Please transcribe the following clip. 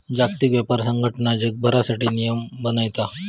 जागतिक व्यापार संघटना जगभरासाठी नियम बनयता